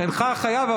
אינך חייב,